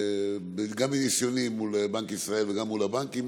גם מניסיוני מול בנק ישראל וגם מול הבנקים,